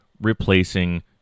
replacing